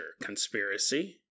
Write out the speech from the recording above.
conspiracy